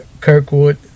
Kirkwood